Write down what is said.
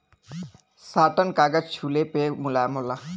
satin कागज छुले पे मुलायम होला